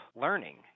learning